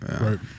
Right